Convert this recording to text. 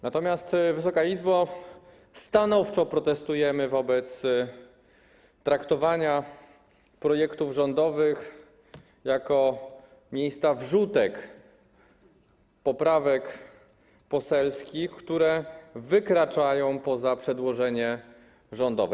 Natomiast, Wysoka Izbo, stanowczo protestujemy wobec traktowania projektów rządowych jako miejsca wrzutek, poprawek poselskich, które wykraczają poza przedłożenie rządowe.